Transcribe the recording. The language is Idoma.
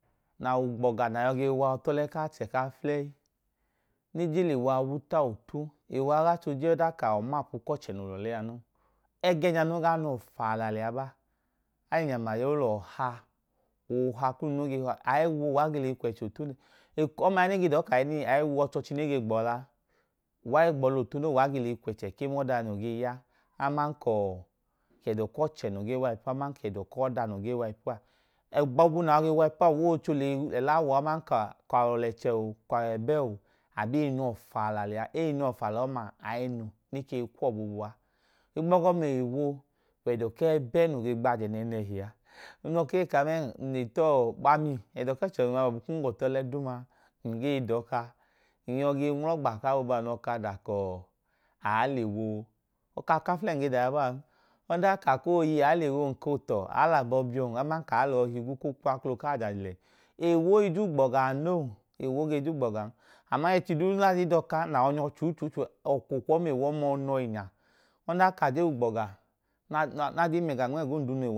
Na wẹ ugbọga, nẹ a ge wa ọtu ọlẹ ku achẹ ku aflẹyi, ne lẹ ewo a wuta out, ewo a i gaa chẹẹ ooje ọdanka a wẹ ọmapu ku achẹ noo lẹ ọlẹ a noo.$gẹẹ nẹ o gaa nu uwọ faala lẹ a ba. A lẹ inyama ya, o lẹ uwọ ha, ooha kunu i, aewo e ge lẹ eyi kwẹchẹ out nẹ. Ọma ya ne ge ka ka aewo ọchọọchi ne ge gbọla a. Uwa ge gbọla otu noo, uwa ge lẹ eyi kwẹchẹ ke ma ọda noo gee ya, aman ka ẹdọ ku ọchẹ noo gee wa ipu aman ka ẹdọ ku ọda noo gee wa ipu a. Gbọbu na gee wa ipu a, ekoo chẹ oolẹ ẹla wu ọọ ọdanka a wẹ ọlẹchẹ aman ka a wẹ ẹbẹ o, abọ ei nu uwọ faala lẹ a. Ayinu nẹ e ke i kwu uwọ boobu a. Ewo wẹ ẹdọ ku ẹbẹ noo ge gbajẹ nẹẹnẹhi a. Ng lẹ ọka eyi ka mẹẹn, ng le ta ukpami. Ẹdọ ku ọchẹ num wẹ a, gbọbu kum gwo tu ọlẹ duuma, ng gee, ng yọ ge nwla ọgba ku aa boobu a, ng lẹ ọka da ka aa lẹ ewo? Ọka n ge da a ya bọọ an. Ọdanka a ka aa lẹ ewon, ng ka ootọ, aa lẹ abọ bi ọọn aman ka aa lẹ ọọ kwu kla aklo ku aa ajaajẹ. Ewo i je ugbọga noo. Ewo i je ugbọgan. Aman ẹchi duu nẹ a ke dọkan nẹ a yọi nyọ chu, chu, chu, ọkwọọkwu ọma, ewo ọma yọi nu uwọ inya. Ọdanka a jen wẹ ugbọga, nẹ a jen miyẹ ẹga nma ẹga